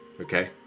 Okay